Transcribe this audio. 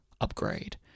Upgrade